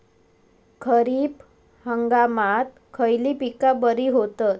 खरीप हंगामात खयली पीका बरी होतत?